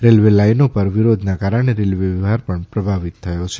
railway લાઇનો પર વિરોધના કારણે રેલ્વે વ્યવહાર પણ પ્રભાવિત થયો છે